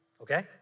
Okay